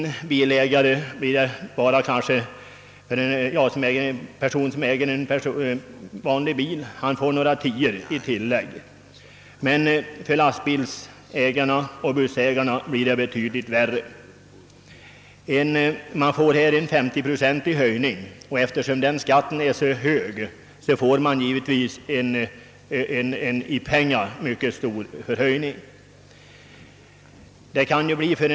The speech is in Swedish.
Den som äger en vanlig personbil får några tior i tilllägg, men för lastbilsoch bussägarna blir det definitivt värre. Här får man en 50-procentig höjning av fordonsskatten, och eftersom skatten är så hög, blir det i pengar räknat ett mycket stort belopp.